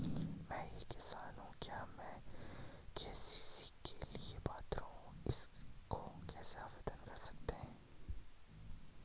मैं एक किसान हूँ क्या मैं के.सी.सी के लिए पात्र हूँ इसको कैसे आवेदन कर सकता हूँ?